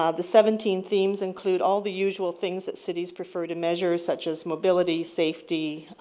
um the seventeen themes include all the usual things that cities prefer to measure such as mobility, safety,